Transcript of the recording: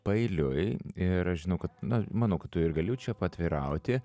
paeiliui ir aš žinau kad na manau kad tu ir galiu čia paatvirauti